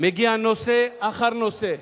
מגיע נושא אחר נושא,